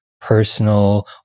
personal